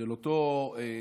של אותו שוק,